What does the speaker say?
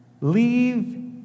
leave